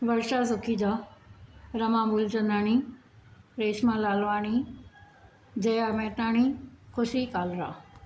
Varsha Sukhija Rama Moolchandani Reshma Lalwani Jaya Mehtani Khushi Kalra